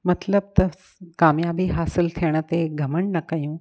मतिलबु त कामयाबी हासिलु थियण ते घमंड न कयूं